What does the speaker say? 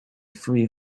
free